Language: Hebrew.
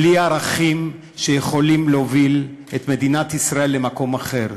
בלי ערכים שיכולים להוביל את מדינת ישראל למקום אחר.